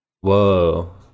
Whoa